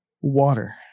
Water